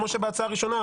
כמו שבהצעה הראשונה,